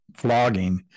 vlogging